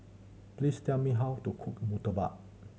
please tell me how to cook murtabak